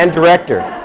and director.